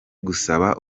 gusaba